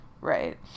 Right